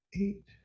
Eight